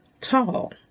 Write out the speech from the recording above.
tall